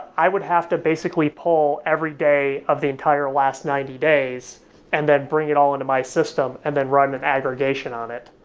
i would have to basically pull every day of the entire last ninety days and then bring it all into my system and then run an aggregation on it.